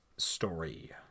Story